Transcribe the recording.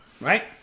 right